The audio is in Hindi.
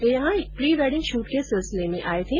ये यहां एक प्री वेडिंग शूट के सिलसिले में आये थे